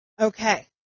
Okay